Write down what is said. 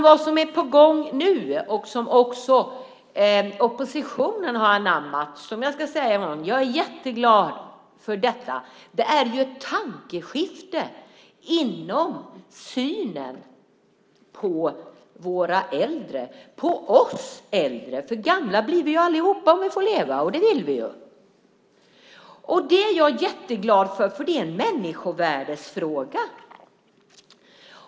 Vad som är på gång nu och som också oppositionen har anammat - jag är jätteglad för detta - är ett tankeskifte inom synen på våra äldre, på oss äldre. Gamla blir vi allihop om vi får leva, och det vill vi ju. Jag är jätteglad för det, för detta är en människovärdesfråga.